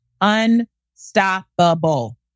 Unstoppable